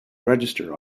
register